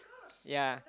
ya